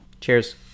Cheers